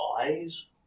eyes